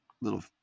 little